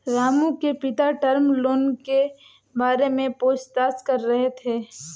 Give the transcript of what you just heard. रामू के पिता term loan के बारे में पूछताछ कर रहे थे